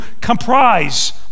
comprise